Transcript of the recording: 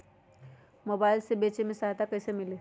Mobile से बेचे में सहायता कईसे मिली?